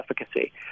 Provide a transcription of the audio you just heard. efficacy